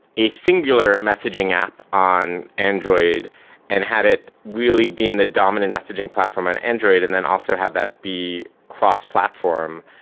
a singular messaging app on android and had it really been the dominant messaging platform on android and then also had that be cross-platform,